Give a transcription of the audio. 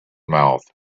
mouth